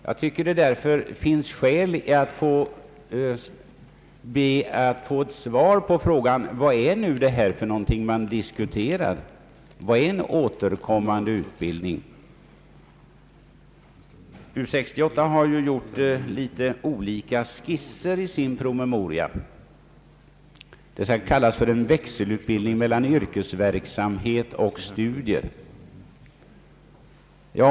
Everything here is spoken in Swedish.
Jag tycker därför att det finns skäl att be att få svar på frågan: Vad är det man diskuterar, och vad är »återkommande utbildning»? U 68 har gjort olika skisser i sin promemoria. Det hela kallas bl.a. en växelutbildning mellan yrkesverksamhet och studier.